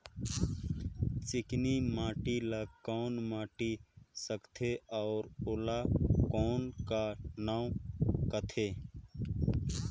चिकनी माटी ला कौन माटी सकथे अउ ओला कौन का नाव काथे?